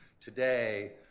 Today